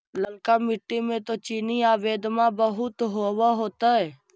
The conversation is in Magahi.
ललका मिट्टी मे तो चिनिआबेदमां बहुते होब होतय?